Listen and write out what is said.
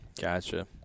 gotcha